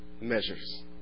measures